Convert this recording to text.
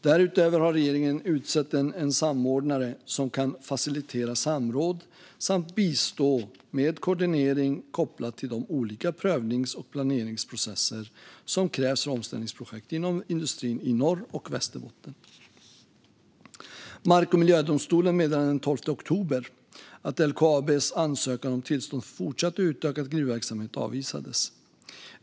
Därutöver har regeringen utsett en samordnare som kan facilitera samråd samt bistå med koordinering kopplat till de olika prövnings och planeringsprocesser som krävs för omställningsprojekt inom industrin i Norrbotten och Västerbotten. Mark och miljödomstolen meddelade den 12 oktober att LKAB:s ansökan om tillstånd för fortsatt och utökad gruvverksamhet avvisades.